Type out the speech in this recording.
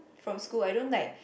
from school I don't like